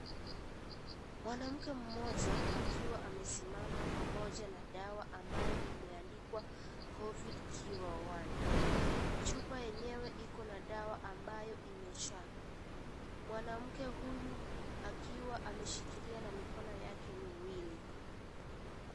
Mwanamke mmoja akiwa amesimama pamoja na dawa ambayo imeandikwa covid cure one . Chupa yenyewe iko na dawa ambayo imejaa . Mwanamke huyu akiwa ameshikilia na mikono yake miwili.